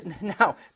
Now